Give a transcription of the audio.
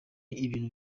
ibintu